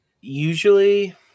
Usually